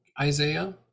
Isaiah